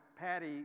Patty